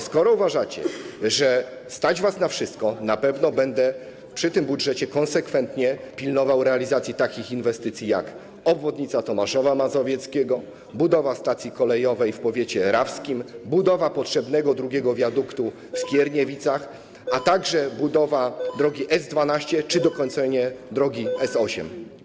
Skoro uważacie, że stać was na wszystko, na pewno będę przy tym budżecie konsekwentnie pilnował realizacji takich inwestycji jak obwodnica Tomaszowa Mazowieckiego, budowa stacji kolejowej w powiecie rawskim, budowa potrzebnego drugiego wiaduktu w Skierniewicach, a także budowa drogi S12 czy dokończenie drogi S8.